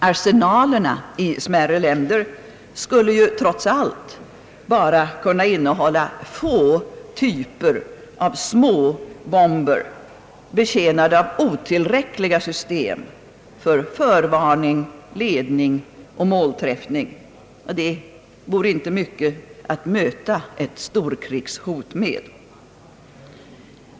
Arsenalerna i smärre länder skulle ju trots allt bara kunna innehålla få typer av små bomber, betjänade av otillräckliga system för förvarning, ledning och målträffning — inte mycket att möta ett storkrigshot med.